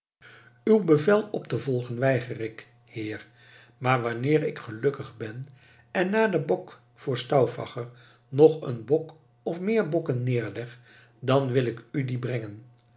uw bevel op te volgen weiger ik heer maar wanneer ik gelukkig ben en na den bok voor stauffacher nog een bok of meer bokken neerleg dan wil ik u die brengen